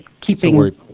keeping